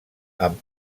amb